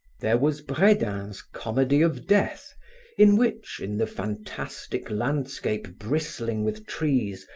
there was bresdin's comedy of death in which, in the fantastic landscape bristling with trees,